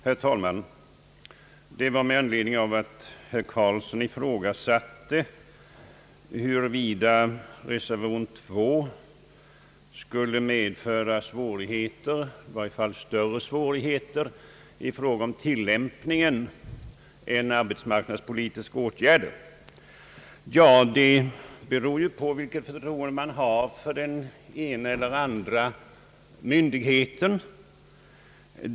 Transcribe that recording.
Herr talman! Jag begärde ordet med anledning av att herr Eric Carlsson ifrågasatte, huruvida inte ett bifall till den med II betecknade reservationen skulle medföra i varje fall större svårigheter i fråga om tillämpningen än arbetsmarknadspolitiska åtgärder. Ja, det beror på vilket förtroende man har för den ena eller andra myndigheten.